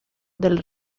del